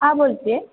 हा बोलते